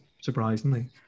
surprisingly